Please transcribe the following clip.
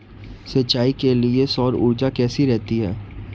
सिंचाई के लिए सौर ऊर्जा कैसी रहती है?